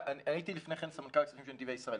הייתי לפני כן סמנכ"ל כספים של נתיבי ישראל.